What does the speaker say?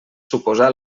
suposà